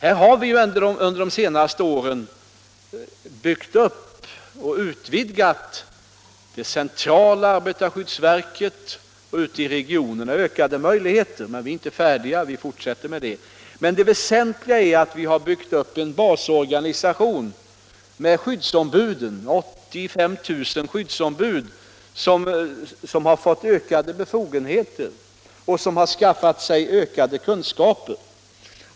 Vi har under de senaste åren byggt upp och utvidgat det centrala arbetarskyddsverket och vi har ökat möjligheterna ute i regionerna. Men vi är inte färdiga, vi fortsätter. Det väsentliga är emellertid att vi byggt upp en basorganisation med 85 000 skyddsombud, som fått ökade befogenheter och som skaffat sig ökade kunskaper.